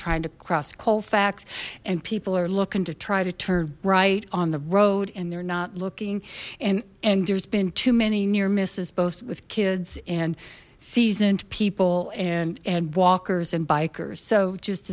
trying to cross colfax and people are looking to try to turn right on the road and they're not looking and and there's been too many near misses both with kids and seasoned people and and walkers and bikers so just